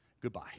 Goodbye